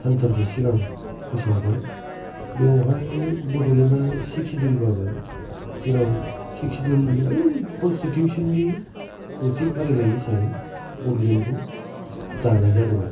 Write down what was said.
सानथामसो सिगां फोसावबाय बेयावहाय बड'लेण्डआ सिक्स सेदुल बाबो जेराव सिक्स सेदुल नि बे कनसटिटिउसन नि द'थि फारिलाइ हिसाबै बड'लेण्डखौ दानाय जादोंमोन